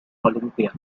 olympia